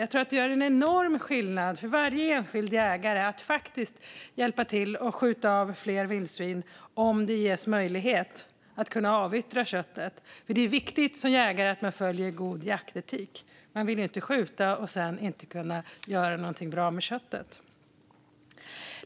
Jag tror att det gör en enorm skillnad för varje enskild jägare att faktiskt kunna hjälpa till och skjuta av fler vildsvin om det ges möjlighet att avyttra köttet. Det är viktigt som jägare att man följer god jaktetik. Man vill ju inte skjuta och sedan inte kunna göra något bra med köttet.